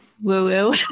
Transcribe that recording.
woo